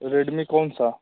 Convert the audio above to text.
Redmi कौन सा